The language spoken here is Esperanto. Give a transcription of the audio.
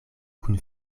kun